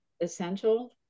essential